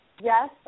yes